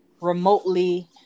remotely